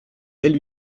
elle